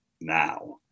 now